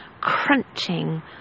crunching